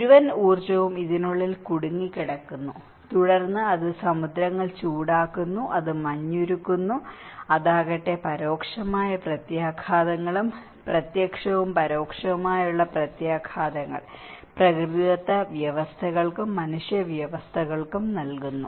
മുഴുവൻ ഊർജ്ജവും ഇതിനുള്ളിൽ കുടുങ്ങിക്കിടക്കുന്നു തുടർന്ന് അത് സമുദ്രങ്ങൾ ചൂടാക്കുന്നു അത് മഞ്ഞ് ഉരുകുന്നു അതാകട്ടെ പരോക്ഷമായ പ്രത്യാഘാതങ്ങളും പ്രത്യക്ഷവും പരോക്ഷവുമായ പ്രത്യാഘാതങ്ങൾ പ്രകൃതിദത്ത വ്യവസ്ഥകൾക്കും മനുഷ്യ വ്യവസ്ഥകൾക്കും നൽകുന്നു